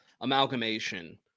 amalgamation